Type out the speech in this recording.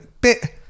bit